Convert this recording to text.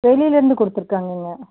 வெளியில இருந்து கொடுத்து இருக்காங்கங்க